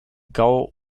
gau